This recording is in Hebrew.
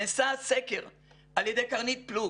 נעשה סקר על ידי קרנית פלוג